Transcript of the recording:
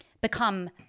become